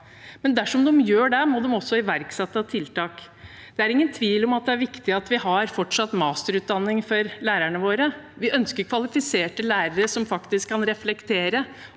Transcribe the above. men dersom de gjør det, må de også iverksette tiltak. Det er ingen tvil om at det er viktig at vi fortsatt har masterutdanning for lærerne våre. Vi ønsker kvalifiserte lærere som kan reflektere